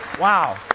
Wow